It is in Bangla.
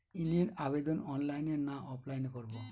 ঋণের আবেদন অনলাইন না অফলাইনে করব?